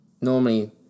normally